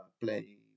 play